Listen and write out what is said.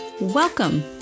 Welcome